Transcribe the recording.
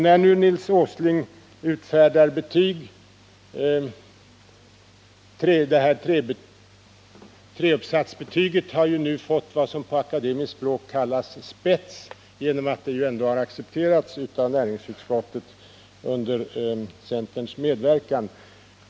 Nils Åsling utfärdar betyg — och den här ”trebetygsuppsatsen” har ju nu fått vad som på akademiskt språk kallas spets genom att den har accepterats av näringsutskottet under centerns medverkan.